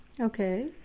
Okay